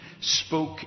spoke